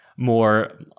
More